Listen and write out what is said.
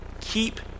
keep